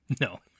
No